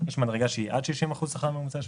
יש מדרגה שהיא עד 60% שכר הממוצע